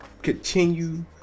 continue